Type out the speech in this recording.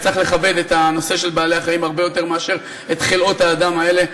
צריך לכבד את הנושא של בעלי-החיים הרבה יותר מאשר את חלאות האדם האלה,